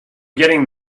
getting